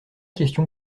question